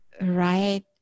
right